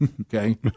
Okay